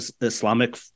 Islamic